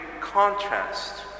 contrast